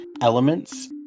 elements